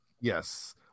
Yes